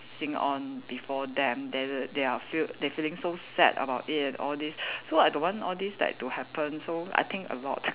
~sing on before them then they they are feel~ they feeling so sad about it and all these so I don't want all these like to happen so I think a lot